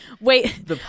Wait